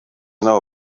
n’abo